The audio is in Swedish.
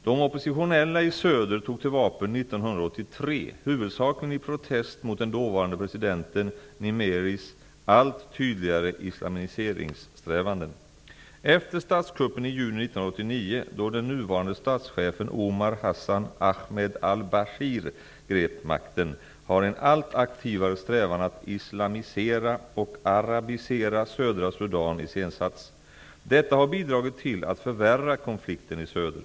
De oppositionella i söder tog till vapen 1983, huvudsakligen i protest mot den dåvarande presidenten Nimeris allt tydligare islamiseringssträvanden. Efter statskuppen i juni 1989, då den nuvarande statschefen Omar Hassan Ahmed al-Bashir grep makten, har en allt aktivare strävan att islamisera och arabisera södra Sudan iscensatts. Detta har bidragit till att förvärra konflikten i söder.